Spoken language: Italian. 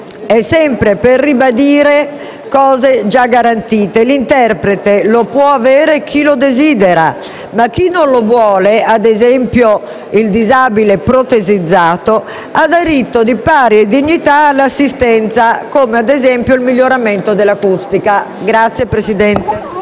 intende ribadire cose già garantite: l'interprete lo può avere chi lo desidera, ma chi non lo vuole, ad esempio il disabile protesizzato, ha diritto all'assistenza, come ad esempio il miglioramento dell'acustica. PRESIDENTE.